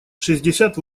шестьдесят